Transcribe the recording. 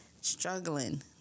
struggling